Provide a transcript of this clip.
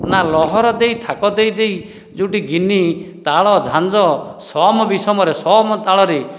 ନା ଲହର ଦେଇ ଥାକ ଦେଇ ଦେଇ ଯେଉଁଠି ଗିନି ତାଳ ଝାଞ୍ଜ ସମ ବିଷମରେ ସମ ତାଳରେ